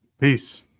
Peace